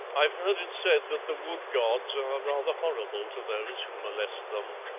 i've heard it said that the wood gods are rather horrible to those who molest them.